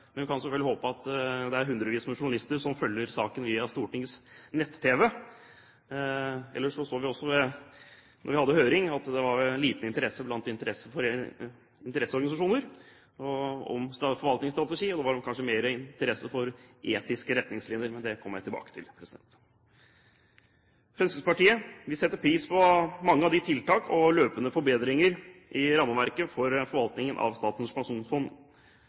Men vi kan selvfølgelig håpe at det er hundrevis av journalister som følger saken via Stortingets nett-tv. Ellers så vi også da vi hadde høring, at det var liten interesse blant interesseorganisasjoner for forvaltningsstrategi. Det var kanskje mer interesse for etiske retningslinjer, men det kommer jeg tilbake til. Fremskrittspartiet setter pris på mange av de tiltak og løpende forbedringer i rammeverket for forvaltningen av Statens pensjonsfond